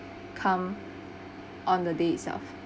come on the day itself